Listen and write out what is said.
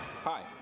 Hi